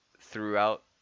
throughout